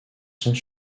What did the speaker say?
sont